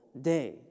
day